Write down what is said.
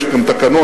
יש גם תקנון,